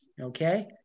Okay